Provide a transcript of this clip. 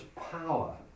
power